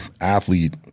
athlete